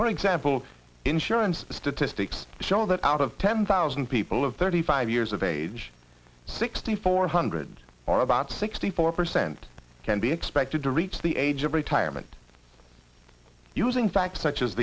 for example insurance statistics show that out of ten thousand people of thirty five years of age sixty four hundred or about sixty four percent can be expected to reach the age of retirement using facts such as